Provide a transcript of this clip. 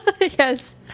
Yes